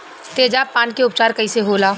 तेजाब पान के उपचार कईसे होला?